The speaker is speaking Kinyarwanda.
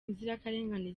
inzirakarengane